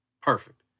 perfect